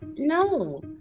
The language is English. No